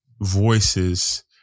voices